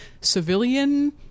civilian